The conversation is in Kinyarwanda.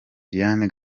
diane